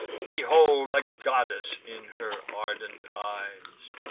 behold a goddess in her ardent eyes!